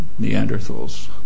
Neanderthals